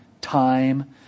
time